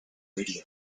radio